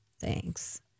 Thanks